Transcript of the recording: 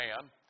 man